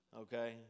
okay